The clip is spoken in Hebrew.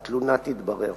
התלונה תתברר.